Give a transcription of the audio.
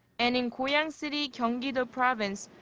and in goyang city, gyeonggi-do province,